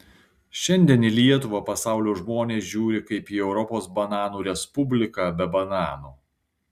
šiandien į lietuvą pasaulio žmonės žiūri kaip į europos bananų respubliką be bananų